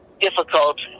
difficult